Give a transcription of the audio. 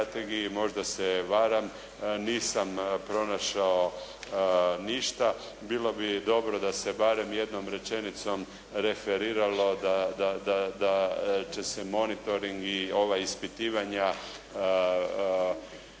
možda se varam nisam pronašao ništa, bilo bi dobro da se barem jednom rečenicom referiralo da će se monitoring i ova ispitivanja povjeriti